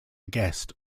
guest